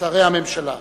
שרי הממשלה,